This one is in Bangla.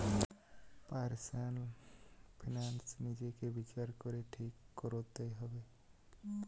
পার্সনাল ফিনান্স নিজেকে বিচার করে ঠিক কোরতে হবে